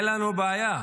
אין לנו בעיה,